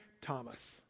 Thomas